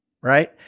Right